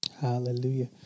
Hallelujah